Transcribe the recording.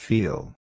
Feel